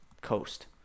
coast